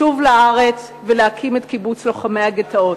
לשוב לארץ ולהקים את קיבוץ לוחמי-הגטאות.